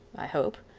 i hope.